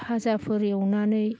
भाजाफोर एवनानै